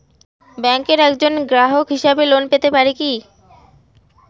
ব্যাংকের একজন গ্রাহক হিসাবে লোন পেতে পারি কি?